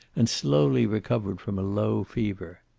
and slowly recovered from a low fever.